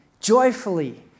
joyfully